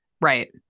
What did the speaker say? Right